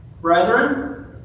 Brethren